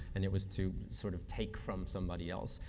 and it was to sort of take from somebody else.